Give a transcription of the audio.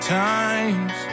times